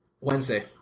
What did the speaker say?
Wednesday